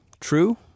True